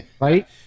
right